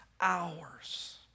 hours